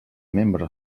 membre